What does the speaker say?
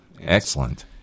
Excellent